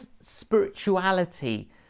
spirituality